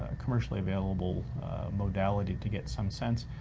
ah commercially available modality to get some sense,